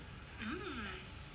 hmm